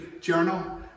journal